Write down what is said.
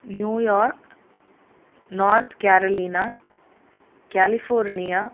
New York north carolina California